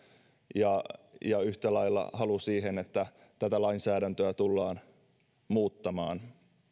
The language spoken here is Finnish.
ja yhtä lailla halu siihen että tätä lainsäädäntöä tullaan muuttamaan